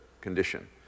condition